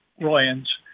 Royan's